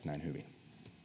näin hyvin